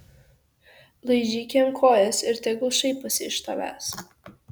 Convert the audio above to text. laižyk jam kojas ir tegul šaiposi iš tavęs